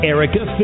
Erica